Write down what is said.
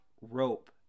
rope